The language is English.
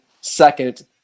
second